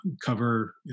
cover